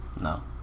no